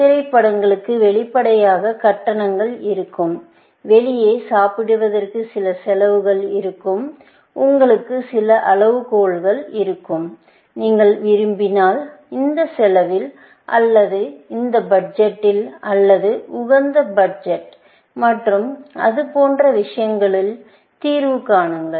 திரைப்படங்களுக்கு வெளிப்படையாக கட்டணங்கள் இருக்கும் வெளியே சாப்பிடுவதற்கு சில செலவுகள் இருக்கும் உங்களுக்கு சில அளவுகோல்கள் இருக்கும் நீங்கள் விரும்பினால் இந்த செலவில் அல்லது இந்த பட்ஜெட்டில் அல்லது உகந்த பட்ஜெட் மற்றும் அது போன்ற விஷயங்களுக்கு தீர்வு காணுங்கள்